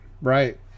right